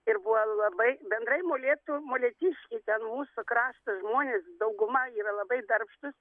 ir buvo labai bendrai molėtų molėtiškiai ten mūsų krašto žmonės dauguma yra labai darbštūs